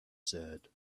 said